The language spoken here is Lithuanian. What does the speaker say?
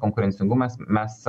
konkurencingumas mes